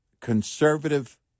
conservative